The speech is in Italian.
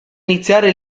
iniziare